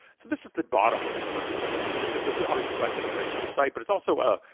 so this is the bottom of the first page. and it's it's ah obviously what i said, a very simple site but it's also a,